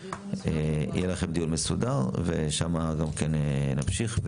יהיה לכם דיון מסודר ושם גם נמשיך.